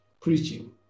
preaching